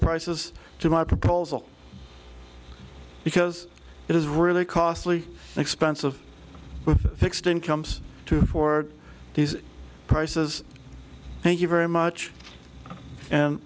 prices to my proposal because it is really costly expensive fixed incomes to afford these prices thank you very much